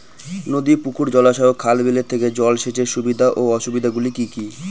নদী পুকুর জলাশয় ও খাল বিলের থেকে জল সেচের সুবিধা ও অসুবিধা গুলি কি কি?